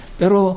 pero